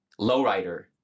lowrider